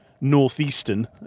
northeastern